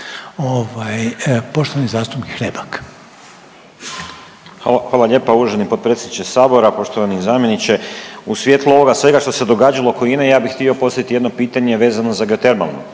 **Hrebak, Dario (HSLS)** Hvala lijepa. Uvaženi potpredsjedniče sabora, poštovani zamjeniče. U svjetlu ovoga svega što se događalo oko INA-e ja bih htio postaviti jedno pitanje vezano za geotermalnu